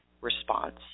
response